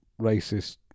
racist